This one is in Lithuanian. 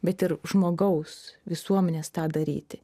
bet ir žmogaus visuomenės tą daryti